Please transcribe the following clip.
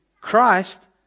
Christ